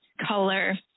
color